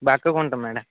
బక్కగా ఉంటాం మ్యాడం